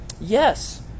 Yes